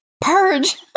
Purge